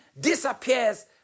disappears